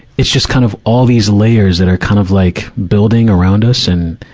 it's just kind of all these layers that are kind of like building around us. and,